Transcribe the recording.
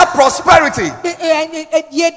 prosperity